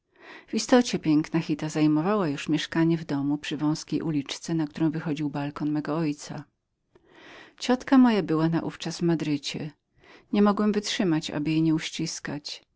w istocie piękna gitta zajmowała już mieszkanie w domu na przeciwko ciasnej uliczki na którą wychodził balkon mego ojca ciotka moja była już naówczas w madrycie nie mogłem wytrzymać aby jej nie uściskać